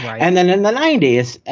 and then in the ninety s,